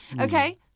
Okay